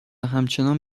همچنان